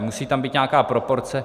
Musí tam být nějaká proporce.